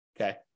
okay